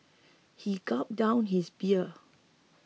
he gulped down his beer